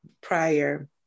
prior